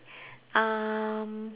um